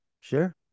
Sure